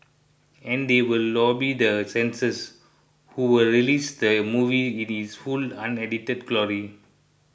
and they will lobby the censors who will release the movie in its full unedited glory